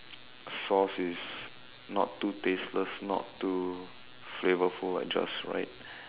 sauce is not too tasteless not too flavourful like just right